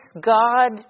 God